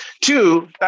Two